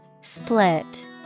Split